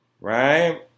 right